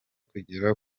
kugera